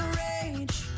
rage